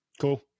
Cool